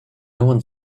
one